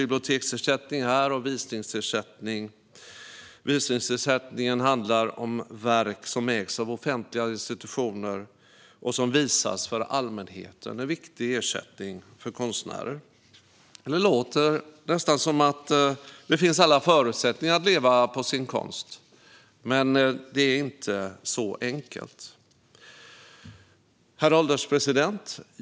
Biblioteksersättning har nämnts här. Det finns också visningsersättning, som gäller för verk som ägs av offentliga institutioner och visas för allmänheten. Den är en viktig ersättning för konstnärer. Det låter nästan som att det finns alla förutsättningar att kunna leva på sin konst. Men det är inte så enkelt. Herr ålderspresident!